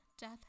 Death